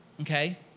okay